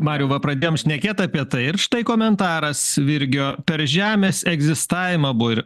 mariau va pradėjom šnekėt apie tai ir štai komentaras virgio per žemės egzistavimą buvo ir